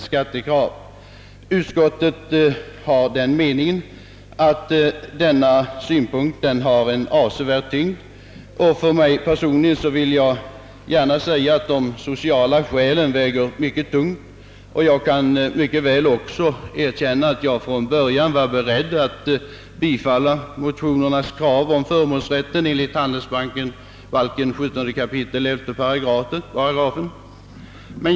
Utskottet anser att denna synpunkt har en avsevärd tyngd. För min personliga del vill jag gärna framhålla att de sociala skälen väger mycket tungt, och jag kan mycket väl också erkänna att jag från början var beredd att för min del tillstyrka motionernas krav om förmånsrätt enligt 17 kap. 11 8 handelsbalken.